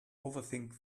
overthink